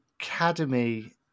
Academy